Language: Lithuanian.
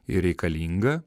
ir reikalinga